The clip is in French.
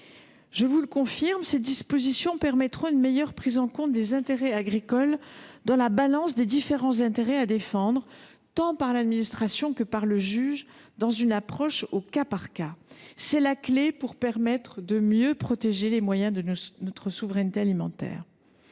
Je vous confirme que ces dispositions permettront une meilleure prise en compte des intérêts agricoles dans la balance des différents intérêts à défendre, tant par l’administration que par le juge, dans une approche au cas par cas. Elles sont la clé pour mieux protéger les moyens de notre souveraineté alimentaire.